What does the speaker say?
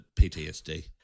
PTSD